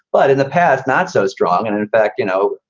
but in the past, not so strong and in effect, you know,